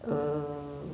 err